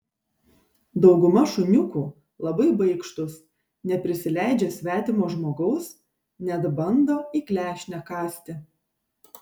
dauguma šuniukų labai baikštūs neprisileidžia svetimo žmogaus net bando į klešnę kąsti